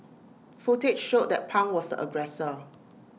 footage showed that pang was aggressor